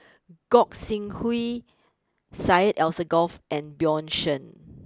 Gog sing Hooi Syed Alsagoff and Bjorn Shen